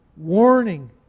Warning